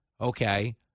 okay